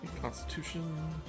constitution